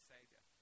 Savior